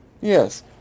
Yes